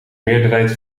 meerderheid